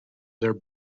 their